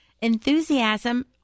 enthusiasm